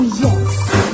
yes